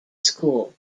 school